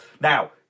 Now